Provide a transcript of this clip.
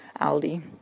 Aldi